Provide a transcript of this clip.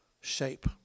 shape